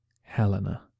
Helena